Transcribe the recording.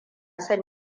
son